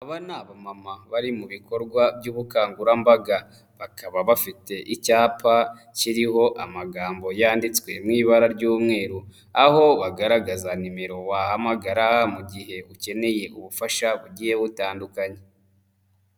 Aba ni abamama bari mu bikorwa by'ubukangurambaga, bakaba bafite icyapa kiriho amagambo yanditswe mu bara ry'umweru, aho bagaragaza nimero wahamagara, mu gihe ukeneye ubufasha bugiye butandukanye.